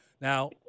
Now